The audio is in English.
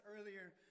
earlier